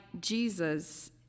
Jesus